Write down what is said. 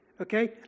okay